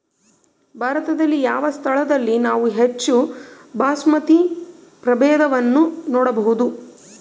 ಭಾರತದಲ್ಲಿ ಯಾವ ಸ್ಥಳದಲ್ಲಿ ನಾವು ಹೆಚ್ಚು ಬಾಸ್ಮತಿ ಪ್ರಭೇದವನ್ನು ನೋಡಬಹುದು?